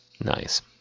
Nice